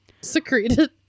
Secreted